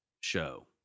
show